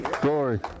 Glory